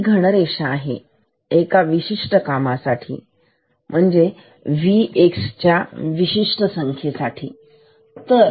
ही घनरेषा आहे एका विशिष्ट कामासाठी Vx विशिष्ट संख्या साठी